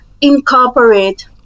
incorporate